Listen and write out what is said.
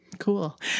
cool